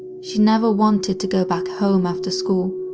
she never wanted to go back home after school,